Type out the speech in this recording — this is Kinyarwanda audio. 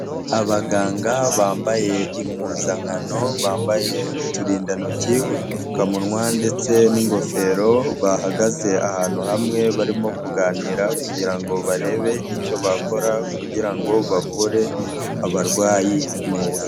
Abaganga bambaye impuzankano, bambaye uturindantoki, udupfukamunwa ndetse n'ingofero, bahagaze ahantu hamwe barimo kuganira kugira ngo barebe icyo bakora kugira ngo bavure abarwayi neza.